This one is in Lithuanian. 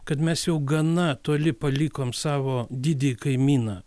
kad mes jau gana toli palikom savo didįjį kaimyną